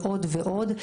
ועוד ועוד,